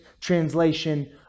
translation